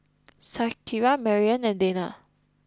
Shakira Marianne and Deana